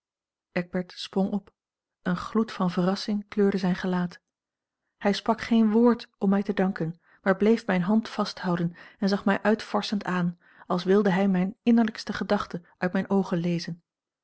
eckbert sprong op een gloed van verrassing kleurde zijn gelaat hij sprak geen woord om mij te danken maar bleef mijne hand vasthouden en zag mij uitvorschend aan als wilde hij mijne innerlijkste gedachte uit mijne oogen lezen